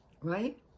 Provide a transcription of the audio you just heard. right